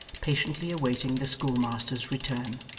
patiently awaiting the schoolmaster's return!